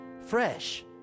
fresh